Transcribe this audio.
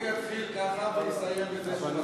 הוא יתחיל ככה ויסיים בזה שהוא לא,